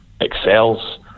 excels